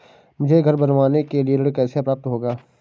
मुझे घर बनवाने के लिए ऋण कैसे प्राप्त होगा?